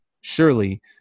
surely